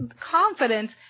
confidence